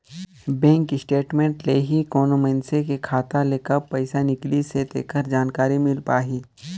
bank statement ले ही कोनो मइनसे के खाता ले कब पइसा निकलिसे तेखर जानकारी मिल पाही